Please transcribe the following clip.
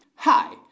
Hi